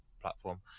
platform